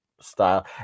Style